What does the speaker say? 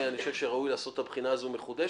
אני חושב שראוי לעשות את הבחינה הזאת מחודשת.